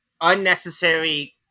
unnecessary